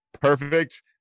perfect